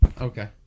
Okay